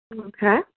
Okay